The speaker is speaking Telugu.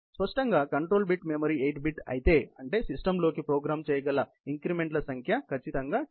స్పష్టంగా కంట్రోల్ బిట్ మెమరీ 8 బిట్ అయితే అంటే సిస్టమ్లోకి ప్రోగ్రామ్ చేయగల ఇంక్రిమెంట్ల సంఖ్య ఖచ్చితంగా 28అవుతుంది